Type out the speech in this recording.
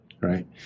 right